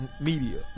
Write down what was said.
media